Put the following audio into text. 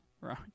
Right